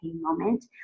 moment